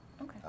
Okay